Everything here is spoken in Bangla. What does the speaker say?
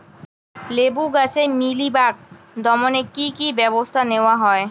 লেবু গাছে মিলিবাগ দমনে কী কী ব্যবস্থা নেওয়া হয়?